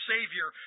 Savior